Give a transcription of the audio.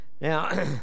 Now